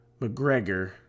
McGregor